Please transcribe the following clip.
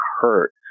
hurt